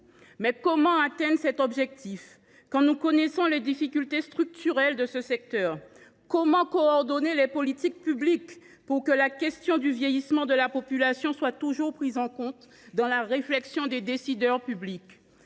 tous. Comment atteindre cet objectif quand nous connaissons les difficultés structurelles de ce secteur ? Comment coordonner les politiques publiques, pour que la question du vieillissement de la population soit toujours prise en compte dans la réflexion des décideurs publics ?